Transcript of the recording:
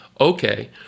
Okay